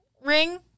ring